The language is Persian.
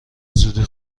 زودی